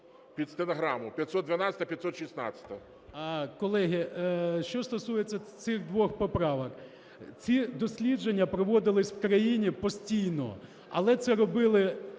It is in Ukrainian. РАДУЦЬКИЙ М.Б. Колеги, що стосується цих двох поправок. Ці дослідження проводилися в країні постійно, але це робили